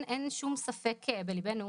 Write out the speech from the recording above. אין שום ספק בליבנו